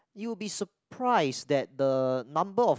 you will be surprised that the number of